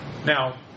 Now